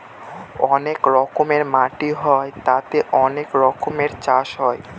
অনেক রকমের মাটি হয় তাতে অনেক রকমের চাষ হয়